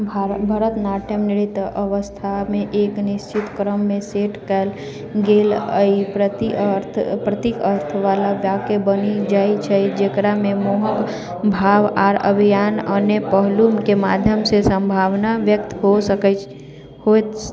भरतनाट्यमके नृत्य अवस्थामे एक निश्चित क्रममे सेट कैल गेल ई प्रतीक अर्थ वाला वाक्य बनि जाय छै जकरामे मुँहके भाव आर अभिनयके अन्य पहलूके माध्यमसँ भावनासभ व्यक्त होइत छैक